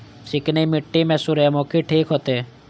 चिकनी मिट्टी में सूर्यमुखी ठीक होते?